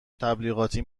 تبلیغاتی